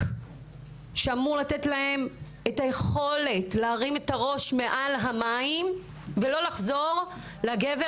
שאמור לתת להם את היכולת להרים את הראש מעל המים ולא לחזור לגבר